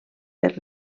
per